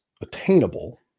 attainable